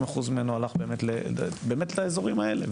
80% ממנו הלך באמת לאזורים האלה.